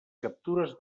captures